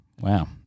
Wow